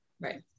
Right